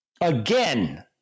again